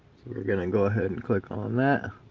we're gonna and go ahead and click on that